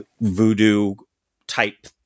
voodoo-type